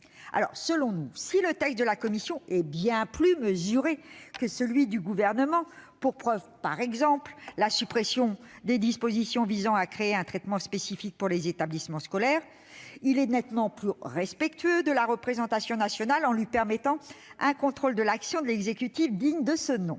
Selon nous, si le texte de la commission est bien plus mesuré que celui du Gouvernement- preuve en est la suppression des dispositions visant à créer un traitement spécifique des données de santé dans les établissements scolaires -et s'il est nettement plus respectueux de la représentation nationale, puisqu'il prévoit un contrôle de l'action de l'exécutif digne de ce nom,